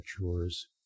matures